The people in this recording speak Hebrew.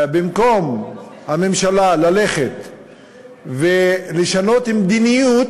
במקום שהממשלה תלך ותשנה מדיניות,